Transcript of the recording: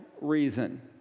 reason